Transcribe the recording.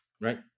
Right